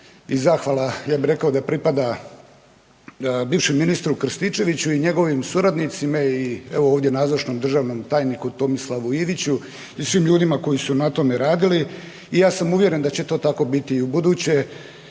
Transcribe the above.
i zahvala ja bi rekao da pripada bivšem ministru Krstičeviću i njegovim suradnicima i evo ovdje nazočnom državnom tajniku Tomislavu Iviću i svim ljudima koji su na tome radili i ja sam uvjeren da će to tako biti i u buduće